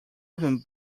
even